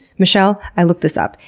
michelle, i looked this up,